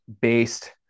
based